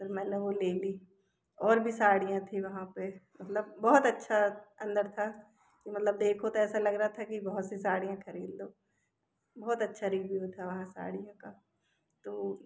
फिर मैंने वो ले ली और भी साड़ियाँ थी वहाँ पे मतलब बहुत अच्छा अंदर था मतलब देखो तो ऐसा लग रहा था कि बहुत सी साड़ियाँ खरीद लो बहुत अच्छा रिव्यूह था वहाँ साड़ियों का तो